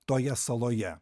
toje saloje